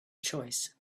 choice